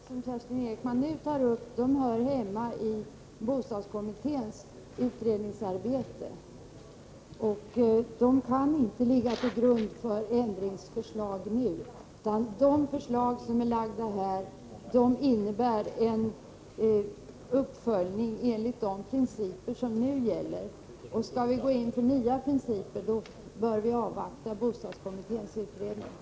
Herr talman! De förändringar i förslaget som Kerstin Ekman nu tar upp hör hemma i bostadskommitténs utredningsarbete. De kan inte ligga till grund för ändringsbeslut nu. De förslag som föreligger här innebär en uppföljning enligt de principer som nu gäller. Skall vi gå in på nya principer, bör vi avvakta bostadskommitténs utredning.